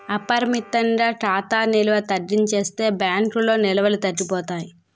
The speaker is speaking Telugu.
అపరిమితంగా ఖాతా నిల్వ తగ్గించేస్తే బ్యాంకుల్లో నిల్వలు తగ్గిపోతాయి